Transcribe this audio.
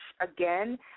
again